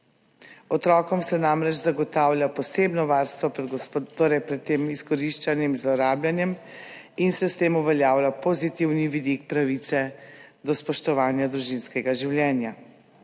Otrokom se namreč zagotavlja posebno varstvo pred tem izkoriščanjem, zlorabljanjem in se s tem uveljavlja pozitiven vidik pravice do spoštovanja družinskega življenja.